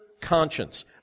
conscience